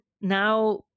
now